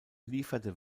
lieferte